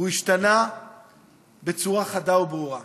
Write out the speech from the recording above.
והוא השתנה בצורה חדה וברורה: